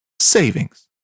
savings